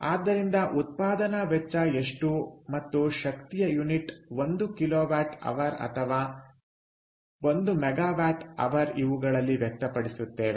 ಆದ್ದರಿಂದ ಉತ್ಪಾದನಾ ವೆಚ್ಚ ಎಷ್ಟು ಮತ್ತು ಶಕ್ತಿಯ ಯೂನಿಟ್ 1KW H ಅಥವಾ 1MW Hಇವುಗಳಲ್ಲಿ ವ್ಯಕ್ತಪಡಿಸುತ್ತೇವೆ